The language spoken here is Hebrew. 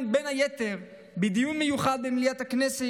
בין היתר בדיון מיוחד במליאת הכנסת,